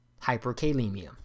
Hyperkalemia